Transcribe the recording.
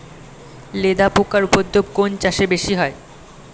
লেদা পোকার উপদ্রব কোন চাষে বেশি হয়?